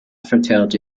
fertility